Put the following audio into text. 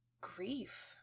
grief